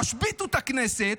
תשביתו את הכנסת,